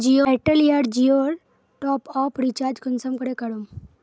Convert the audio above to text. Airtel या जियोर top up recharge कुंसम करे करूम?